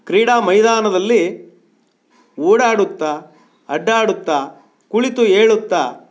ಕ್ರೀಡಾ ಮೈದಾನದಲ್ಲಿ ಓಡಾಡುತ್ತಾ ಅಡ್ಡಾಡುತ್ತಾ ಕುಳಿತು ಏಳುತ್ತಾ